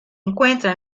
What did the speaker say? encuentra